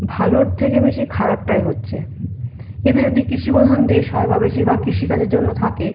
ভালোর থেকে বেশি খারাপটাই হচ্ছে এতে যদি কৃষিপ্রধান দেশ হয় বা বেশিরভাগ কৃষিকাজের জন্য থাকে